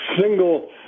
single